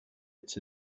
it’s